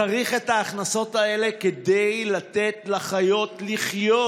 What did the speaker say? צריך את ההכנסות האלה כדי לתת לחיות לחיות.